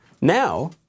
Now